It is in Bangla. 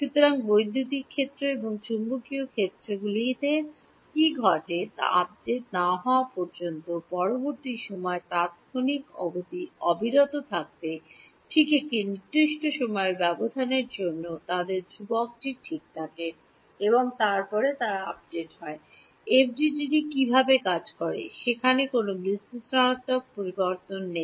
সুতরাং বৈদ্যুতিক ক্ষেত্র এবং চৌম্বকীয় ক্ষেত্রগুলিতে কী ঘটে তা আপডেট না হওয়া পর্যন্ত পরবর্তী সময় তাত্ক্ষণিক অবধি অবধি অবিরত থাকে ঠিক একটি নির্দিষ্ট সময়ের ব্যবধানের জন্য তাদের ধ্রুবকটি ঠিক থাকে এবং তারপরে তারা আপডেট হয় এফডিটিডিটি কীভাবে কাজ করে সেখানে কোনও বিশ্লেষণাত্মক বিবর্তন নেই